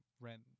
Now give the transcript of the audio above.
rent